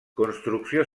construcció